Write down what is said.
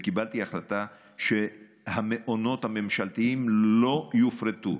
וקיבלתי החלטה שהמעונות הממשלתיים לא יופרטו.